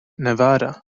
nevada